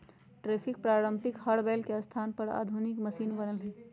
tractor पारम्परिक हर बैल के स्थान पर आधुनिक मशिन बनल हई